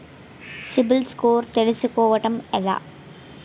CIBIL score తెల్సుకోటం ఎలా?